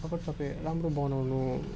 अब तपाईँ राम्रो बनाउनु